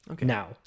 Now